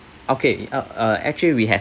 okay a uh actually we have